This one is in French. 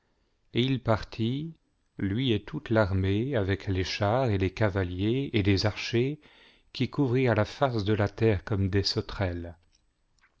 et il partit lui et toute l'armée avec les chai s et les cavalière et les archers qui couvrirent la face de la terre comme des sauterelles